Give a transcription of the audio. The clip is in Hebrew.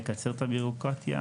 לקצר את הבירוקרטיה.